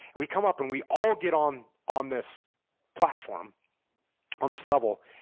we come up and we all get on on this platform on this level,